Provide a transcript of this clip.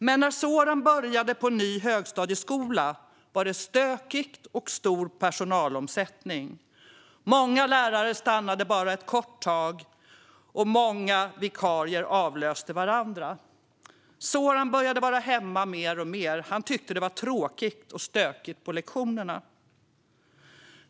Men när Soran började på en ny högstadieskola var det stökigt, och personalomsättningen var stor. Många lärare stannade bara ett kort tag, och många vikarier avlöste varandra. Soran började vara hemma mer och mer. Han tyckte att det var tråkigt och stökigt på lektionerna.